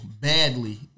badly